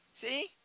See